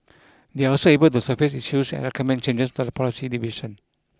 they are also able to surface issues and recommend changes to the policy division